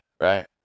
Right